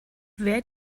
wer